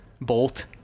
Bolt